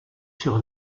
sur